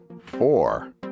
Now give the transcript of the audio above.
four